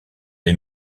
les